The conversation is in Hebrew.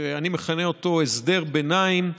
שאני מכנה אותו הסדר ביניים: